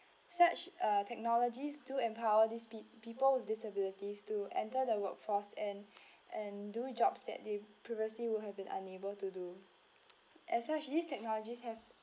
such uh technologies do empower these peop~ people with disabilities to enter the workforce and and do jobs that they previously would have been unable to do as such these technologies have